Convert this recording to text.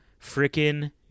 frickin